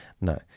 No